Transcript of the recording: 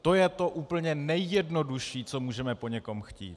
To je to úplně nejjednodušší, co můžeme po někom chtít.